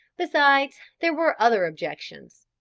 besides, there were other objections.